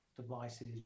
devices